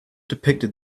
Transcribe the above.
depicted